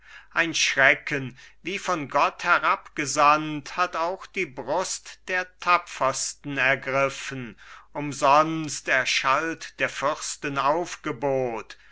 ein schrecken wie von gott herabgesandt hat auch die brust der tapfersten ergriffen umsonst erschallt der fürsten aufgebot